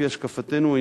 לפי השקפתנו,